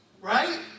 right